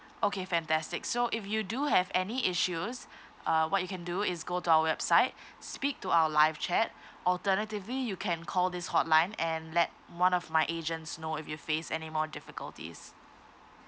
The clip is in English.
okay fantastic so if you do have any issues uh what you can do is go to our website speak to our live chat alternatively you can call this hotline and let one of my agents know if you face any more difficulties